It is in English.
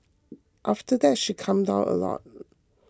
after that she calmed down a lot